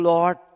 Lord